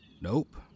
Nope